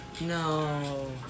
No